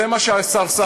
זה מה שהשר סער אישר.